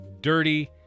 dirty